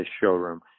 showroom